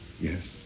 Yes